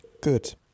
Good